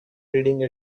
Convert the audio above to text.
reading